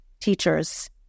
teachers